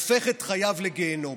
הופך את חייו לגיהינום.